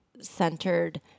centered